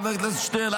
חבר הכנסת שטרן,